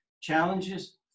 challenges